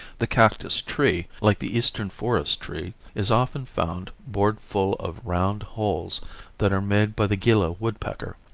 the cactus tree, like the eastern forest tree, is often found bored full of round, holes that are made by the gila woodpecker.